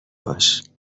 باش